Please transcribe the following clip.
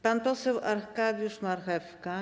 Pan poseł Arkadiusz Marchewka.